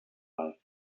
life